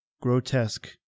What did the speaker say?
grotesque